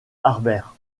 harbert